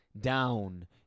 down